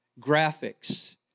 graphics